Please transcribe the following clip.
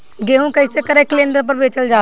गेहू कैसे क्रय केन्द्र पर बेचल जाला?